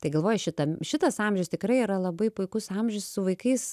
tai galvoju šitam šitas amžius tikrai yra labai puikus amžius su vaikais